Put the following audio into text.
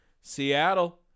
Seattle